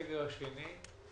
₪.